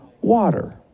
water